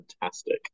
fantastic